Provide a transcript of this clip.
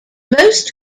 most